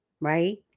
right